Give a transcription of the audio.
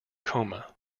coma